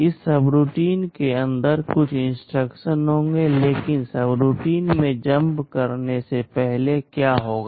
इस सबरूटीन के अंदर कुछ इंस्ट्रक्शन होंगे लेकिन सबरूटीन में जम्प करने से पहले क्या होगा